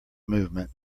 movement